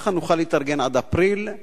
ככה נוכל להתארגן עד אפריל,